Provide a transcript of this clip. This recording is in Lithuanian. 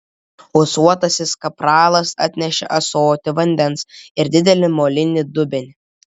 ūsuotasis kapralas atnešė ąsotį vandens ir didelį molinį dubenį